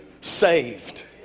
saved